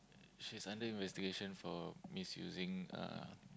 she's under investigation for misusing uh